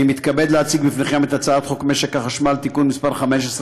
אני מתכבד להציג בפניכם את הצעת חוק משק החשמל (תיקון מס' 15),